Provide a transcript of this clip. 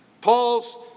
Paul's